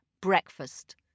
breakfast